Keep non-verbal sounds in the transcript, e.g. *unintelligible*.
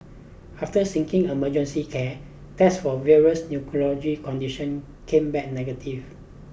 after seeking emergency care tests for various *unintelligible* condition came back negative